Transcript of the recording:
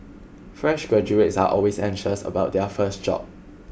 fresh graduates are always anxious about their first job